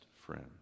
friend